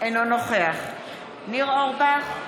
אינו נוכח ניר אורבך,